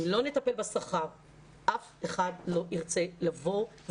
אם לא נטפל בשכר אף אחד לא ירצה לעסוק